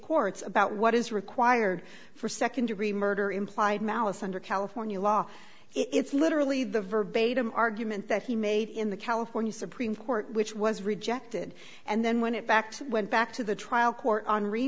courts about what is required for second degree murder implied malice under california law it's literally the verbatim argument that he made in the california supreme court which was rejected and then when it fact went back to the trial court henri